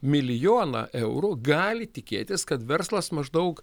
milijoną eurų gali tikėtis kad verslas maždaug